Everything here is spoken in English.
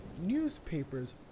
newspapers